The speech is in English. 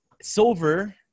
silver